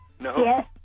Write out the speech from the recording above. Yes